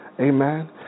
Amen